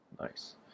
Nice